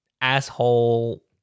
asshole